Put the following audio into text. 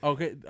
Okay